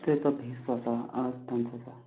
अशे तरेचो भेस जो आसा तांचो आसा